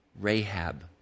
Rahab